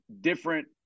different